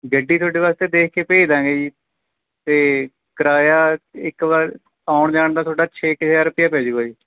ਗੱਡੀ ਤੁਹਾਡੇ ਵਾਸਤੇ ਦੇਖ ਕੇ ਭੇਜ ਦਾਂਗੇ ਜੀ ਅਤੇ ਕਿਰਾਇਆ ਇੱਕ ਵਾਰ ਆਉਣ ਜਾਣ ਦਾ ਤੁਹਾਡਾ ਛੇ ਕੁ ਹਜ਼ਾਰ ਰੁਪਇਆ ਪੈ ਜੂਗਾ ਜੀ